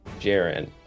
Jaren